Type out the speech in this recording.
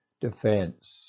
defense